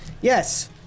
yes